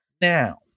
now